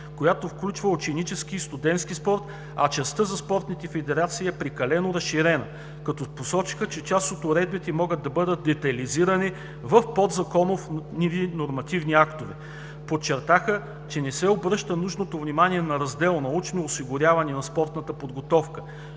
която включва ученически и студентски спорт, а частта за спортните федерации е прекалено разширена, като посочиха, че част от уредбите могат да бъдат детайлизирани в подзаконови нормативни актове. Подчертаха, че не се обръща нужното внимание на Раздел „Научно осигуряване в спортната подготовка“.